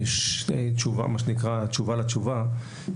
תשובה, מה שנקרא תשובה לתשובה.